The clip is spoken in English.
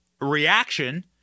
reaction